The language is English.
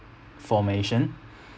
formation